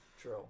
True